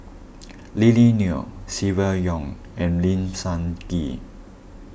Lily Neo Silvia Yong and Lim Sun Gee